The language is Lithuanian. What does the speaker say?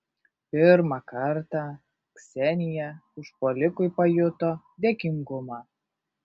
pirmą kartą ksenija užpuolikui pajuto dėkingumą